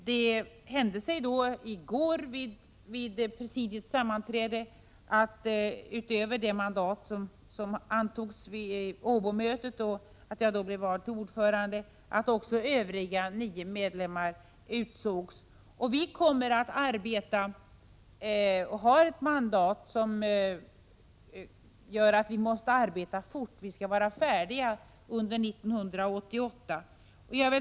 Vid presidiets sammanträde i går hände det sig — utöver det mandat som antogs vid Åbomötet, då jag blev vald till ordförande — att övriga nio ledamöter av kommittén utsågs. Vi har ett mandat som innebär att vi måste arbeta fort. Vi skall vara färdiga under 1988.